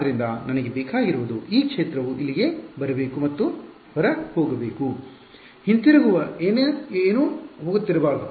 ಆದ್ದರಿಂದ ನನಗೆ ಬೇಕಾಗಿರುವುದು ಈ ಕ್ಷೇತ್ರವು ಇಲ್ಲಿಗೆ ಬರಬೇಕು ಮತ್ತು ಹೊರಹೋಗಬೇಕು ಹಿಂತಿರುಗುವ ಏನೂ ಹೋಗುತ್ತಿರಬಾರದು